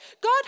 God